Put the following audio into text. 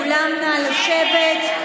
כולם, נא לשבת.